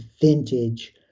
vintage